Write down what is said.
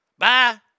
bye